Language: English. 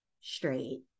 straight